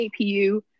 APU